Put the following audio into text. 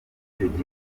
igikorwa